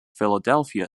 philadelphia